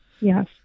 Yes